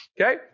Okay